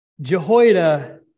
Jehoiada